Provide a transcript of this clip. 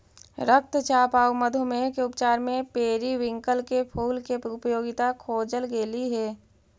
रक्तचाप आउ मधुमेह के उपचार में पेरीविंकल के फूल के उपयोगिता खोजल गेली हे